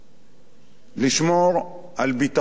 לשמור על ביטחון יחסי,